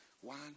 One